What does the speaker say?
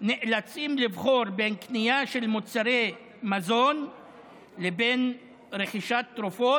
נאלצים לבחור בין קנייה של מוצרי מזון לבין רכישת תרופות,